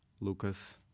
Lucas